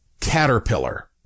caterpillar